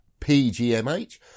pgmh